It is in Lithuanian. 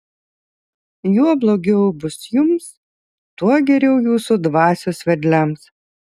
juo blogiau bus jums tuo geriau jūsų dvasios vedliams